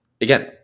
again